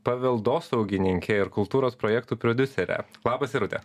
paveldosaugininkė ir kultūros projektų prodiuserė labas irute